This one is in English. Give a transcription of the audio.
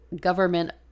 government